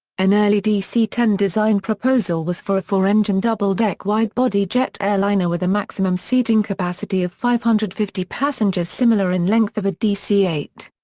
an early dc ten design proposal was for a four-engine double-deck wide-body jet airliner with a maximum seating capacity of five hundred and fifty passengers similar in length of a dc eight.